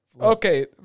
Okay